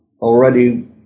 already